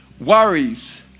worries